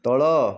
ତଳ